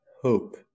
hope